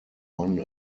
one